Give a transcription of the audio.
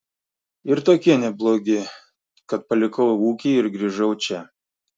ir tokie neblogi kad palikau ūkį ir grįžau čia